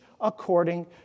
according